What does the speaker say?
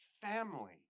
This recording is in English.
family